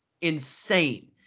insane